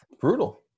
Brutal